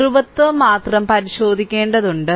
അതിനാൽ ധ്രുവത്വം മാത്രം പരിശോധിക്കേണ്ടതുണ്ട്